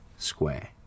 Square